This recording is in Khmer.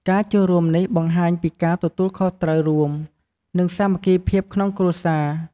ការចូលរួមនេះបង្ហាញពីការទទួលខុសត្រូវរួម និងសាមគ្គីភាពក្នុងគ្រួសារ។